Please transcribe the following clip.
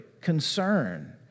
concern